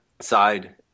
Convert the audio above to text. side